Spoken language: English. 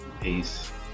Peace